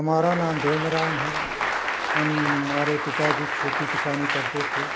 हमारा नाम देव नरायण है हमारे पिताजी खेती किसानी करते थे